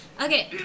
Okay